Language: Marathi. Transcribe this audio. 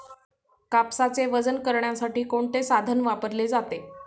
कापसाचे वजन करण्यासाठी कोणते साधन वापरले जाते?